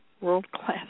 world-class